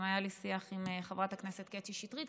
גם היה לי שיח עם חברת הכנסת קטי שטרית,